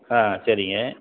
ஆ சரிங்க